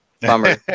Bummer